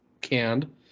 canned